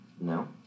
no